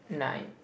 nine